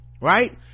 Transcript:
right